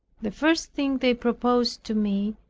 the first thing they proposed to me,